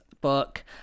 book